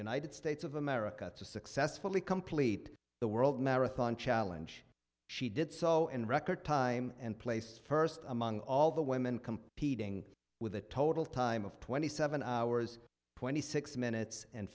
united states of america to successfully complete the world marathon challenge she did so in record time and placed first among all the women competing with a total time of twenty seven hours twenty six minutes and